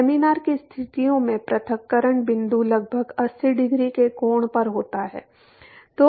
laminar की स्थितियों में पृथक्करण बिंदु लगभग अस्सी डिग्री के कोण पर होता है